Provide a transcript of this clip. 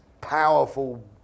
powerful